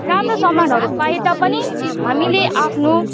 राम्रो समानहरू पाए तापनि हामीले आफ्नो